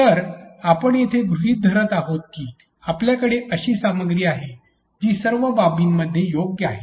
तर आपण येथे असे गृहित धरत आहोत की आपल्याकडे अशी सामग्री आहे जी सर्व बाबींमध्ये योग्य आहे